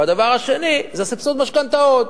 הדבר השני זה סבסוד משכנתאות.